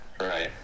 Right